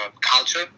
culture